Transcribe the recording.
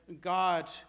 God